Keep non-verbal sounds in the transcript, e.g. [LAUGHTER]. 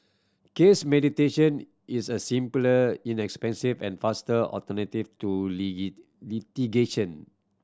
case mediation is a simpler inexpensive and faster alternative to [UNINTELLIGIBLE] litigation